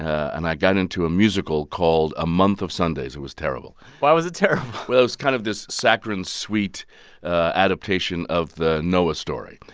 and i got into a musical called a month of sundays. it was terrible why was it terrible? well, it was kind of saccharin-sweet adaptation of the noah story.